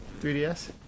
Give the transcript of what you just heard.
3DS